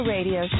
Radio